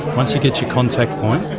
once you get your contact point,